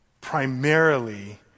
primarily